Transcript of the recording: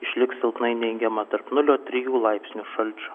išliks silpnai neigiama tarp nulio trijų laipsnių šalčio